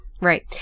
Right